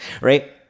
Right